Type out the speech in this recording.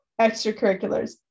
extracurriculars